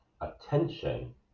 Attention